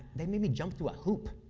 they made me jump through a hoop.